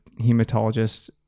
hematologist